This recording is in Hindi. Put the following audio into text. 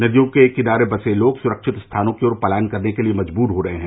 नदियों के किनारे बसे लोग सुरक्षित स्थानों की ओर पलायन करने के लिए मजबूर हो रहे हैं